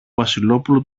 βασιλόπουλο